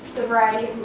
write